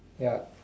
ya